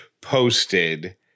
posted